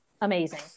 amazing